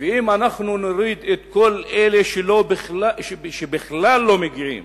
ואם אנחנו נוריד את כל אלה שבכלל לא מגיעים